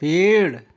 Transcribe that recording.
पेड़